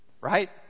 right